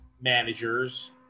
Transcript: managers